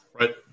Right